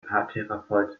paartherapeut